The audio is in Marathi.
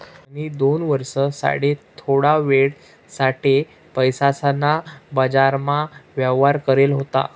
म्हणी दोन वर्ष साठे थोडा वेळ साठे पैसासना बाजारमा व्यवहार करेल होता